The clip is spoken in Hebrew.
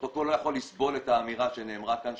הפרוטוקול לא יכול לסבול את האמירה שנאמרה כאן,